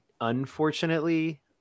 unfortunately